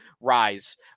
rise